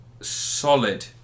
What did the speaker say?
Solid